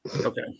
Okay